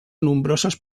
nombroses